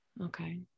Okay